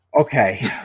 Okay